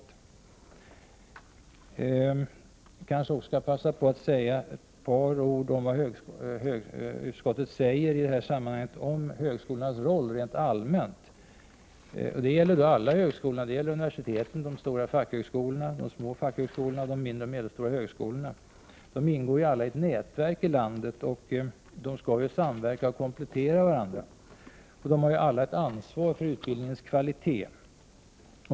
Jag kanske skall passa på att säga några ord om vad utskottet anför i det här sammanhanget om högskolans roll rent allmänt. Det gäller alla högskolorna, universiteten, de stora fackhögskolorna, de små fackhögskolorna och de mindre och medelstora högskolorna. Alla ingår i ett nätverk i landet, och de skall samverka och komplettera varandra. De har ju alla ett ansvar för utbildningens kvalitet.